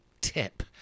tip